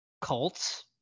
cults